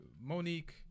Monique